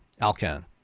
Alcan